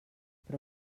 però